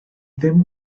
ddim